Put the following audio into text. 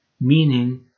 meaning